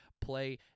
play